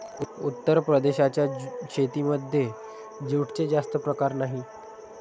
उत्तर प्रदेशाच्या शेतीमध्ये जूटचे जास्त प्रकार नाही